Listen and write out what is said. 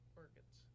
organs